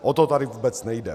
O to tady vůbec nejde.